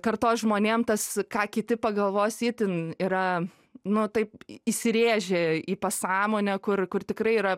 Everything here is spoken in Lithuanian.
kartos žmonėm tas ką kiti pagalvos itin yra nu taip įsirėžę į pasąmonę kur kur tikrai yra